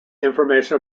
information